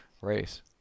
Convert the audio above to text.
race